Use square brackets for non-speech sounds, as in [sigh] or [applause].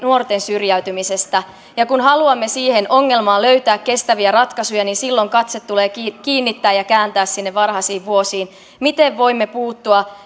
[unintelligible] nuorten syrjäytymisestä ja kun haluamme siihen ongelmaan löytää kestäviä ratkaisuja niin silloin katse tulee kiinnittää ja kääntää sinne varhaisiin vuosiin miten voimme puuttua [unintelligible]